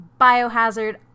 Biohazard